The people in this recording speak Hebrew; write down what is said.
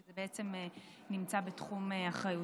שזה בעצם נמצא בתחום אחריותה.